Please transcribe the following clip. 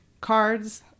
cards